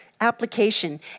application